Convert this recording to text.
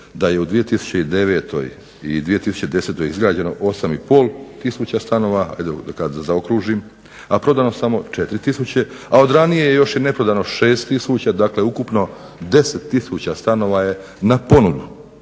da je u 2009. i 2010. izgrađeno 8,5 tisuća stanova, ajde da zaokružim, a prodano samo 4 tisuće. A od ranije još je neprodano 6 tisuća. Dakle, ukupno 10 tisuća stanova je na ponudu.